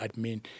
admin